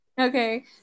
okay